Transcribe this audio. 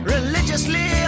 Religiously